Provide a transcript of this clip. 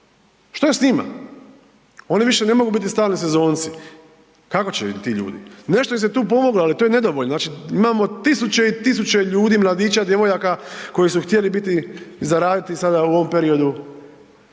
Što je s njima? Oni više ne mogu biti stalni sezonci. Kako će …/Govornik se ne razumije/… ti ljudi? Nešto se je tu pomoglo, ali to je nedovoljno. Znači, imamo tisuće i tisuće ljudi, mladića, djevojaka, koji su htjeli biti i zaraditi sada u ovom periodu,